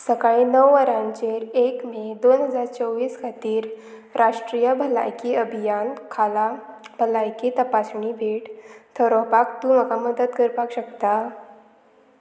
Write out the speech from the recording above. सकाळीं णव वरांचेर एक मे दोन हजार चोवीस खातीर राष्ट्रीय भलायकी अभियान खाला भलायकी तपासणी भेट थरोवपाक तूं म्हाका मदत करपाक शकता